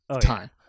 time